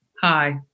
Hi